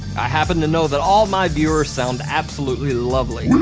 i happen to know that all my viewers sound absolutely lovely.